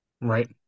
right